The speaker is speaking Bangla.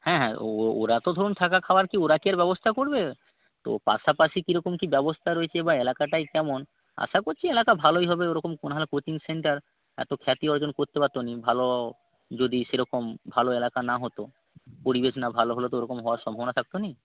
হ্যাঁ হ্যাঁ ওরা তো ধরুন থাকা খাওয়ার কি ওরা কি আর ব্যবস্থা করবে তো পাশাপাশি কী রকম কী ব্যবস্থা রয়েছে বা এলাকাটাই কেমন আশা করছি এলাকা ভালোই হবে ওরকম না হলে কোচিং সেন্টার এত খ্যাতি অর্জন করতে পারত না ভালো যদি সেরকম ভালো এলাকা না হতো পরিবেশ না ভালো হলে তো ওরকম হওয়ার সম্ভাবনা থাকত না